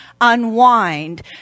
unwind